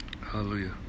Hallelujah